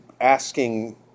asking